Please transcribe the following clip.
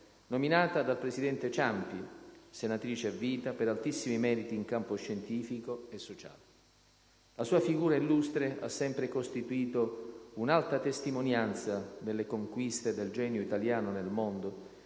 nominata dal presidente Ciampi senatrice a vita per altissimi meriti in campo scientifico e sociale. La sua figura illustre ha sempre costituito un'alta testimonianza delle conquiste del genio italiano nel mondo